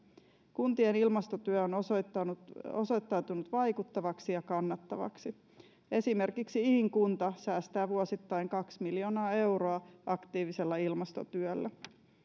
kuntien ilmastotyö on osoittautunut vaikuttavaksi ja kannattavaksi esimerkiksi iin kunta säästää vuosittain kaksi miljoonaa euroa aktiivisella ilmastotyöllä